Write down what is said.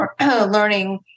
learning